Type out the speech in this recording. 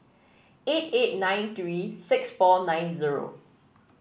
eight eight nine three six four nine zero